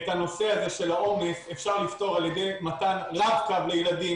את הנושא של העומס אפשר לפתור על ידי מתן רו-קו לילדים,